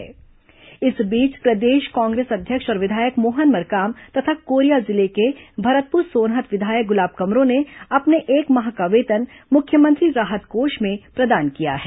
corona राहत कोष appeal इस बीच प्रदेश कांग्रेस अध्यक्ष और विधायक मोहन मरकाम तथा कोरिया जिले के भरतपुर सोनहत विधायक गुलाब कमरो ने अपने एक माह का वेतन मुख्यमंत्री राहत कोष में प्रदान किया है